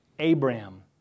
Abraham